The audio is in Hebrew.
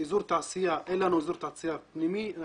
אזור תעשייה פנימי אין לנו.